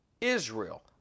Israel